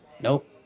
Nope